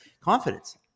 confidence